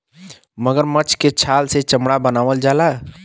मगरमच्छ के छाल से चमड़ा बनावल जाला